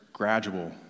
Gradual